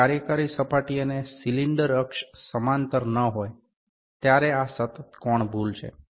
જ્યારે કાર્યકારી સપાટી અને સિલિન્ડર અક્ષ સમાંતર ન હોય ત્યારે આ સતત કોણ ભૂલ છે